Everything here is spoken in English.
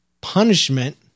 punishment